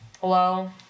Hello